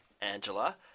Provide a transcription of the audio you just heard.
Angela